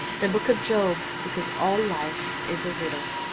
the book of job because all life is a riddle.